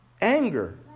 Anger